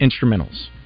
instrumentals